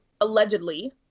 allegedly